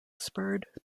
spurred